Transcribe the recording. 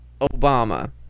Obama